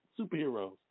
superheroes